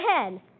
ahead